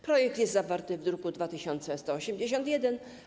Projekt jest zawarty w druku nr 2181.